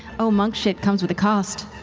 oh monk shit comes with a cost.